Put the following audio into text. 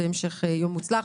המשך יום מוצלח.